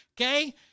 Okay